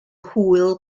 hwyl